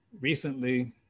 recently